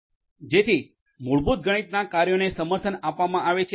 જેથી મૂળભૂત ગણિતના કાર્યોને સમર્થન આપવામાં આવે છે